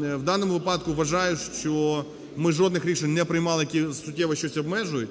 в даному випадку вважаю, що ми жодних рішень не приймали, які суттєво щось обмежують.